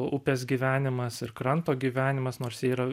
u upės gyvenimas ir kranto gyvenimas nors jie yra